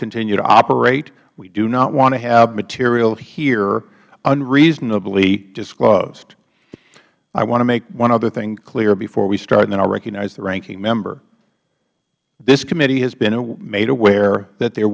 continue to operate we do not want to have material here unreasonably disclosed i want to make one other thing clear before we start and then i will recognize the ranking member this committee has been made aware that there